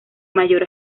mayor